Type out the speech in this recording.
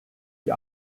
die